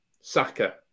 Saka